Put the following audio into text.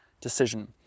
decision